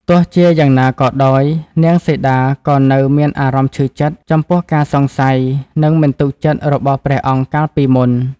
ទោះជាយ៉ាងណាក៏ដោយ នាងសីតាក៏នៅមានអារម្មណ៍ឈឺចិត្ត ចំពោះការសង្ស័យ និងមិនទុកចិត្តរបស់ព្រះអង្គកាលពីមុន។